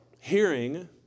Hearing